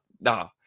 No